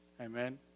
Amen